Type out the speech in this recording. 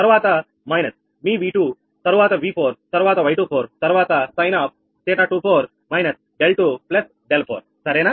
తరువాత మైనస్ మీ𝑉2 తరువాత 𝑉4 తరువాత 𝑌24 తరువాత సైన్𝜃24 − 𝛿2 𝛿4 సరేనా